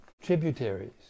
tributaries